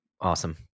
Awesome